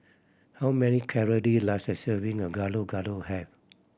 how many calory does a serving of Gado Gado have